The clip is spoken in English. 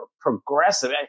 progressive